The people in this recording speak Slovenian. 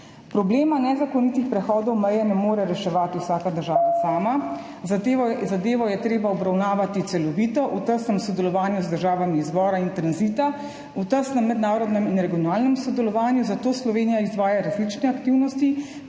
Problema nezakonitih prehodov meje ne more reševati vsaka država sama. Zadevo je treba obravnavati celovito, v tesnem sodelovanju z državami izvora in tranzita, v tesnem mednarodnem in regionalnem sodelovanju, zato Slovenija izvaja različne aktivnosti,